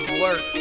work